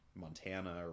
montana